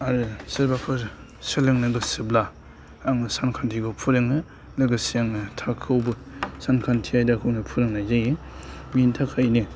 आरो सोरबाफोर सोलोंनो गोसोब्ला आङो सानखान्थिखौ फोरोङो लोगोसे आङो थाखोआवबो सानखान्थि आयदाखौनो फोरोंनाय जायो बेनि थाखायनो